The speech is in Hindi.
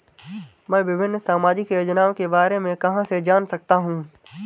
मैं विभिन्न सामाजिक योजनाओं के बारे में कहां से जान सकता हूं?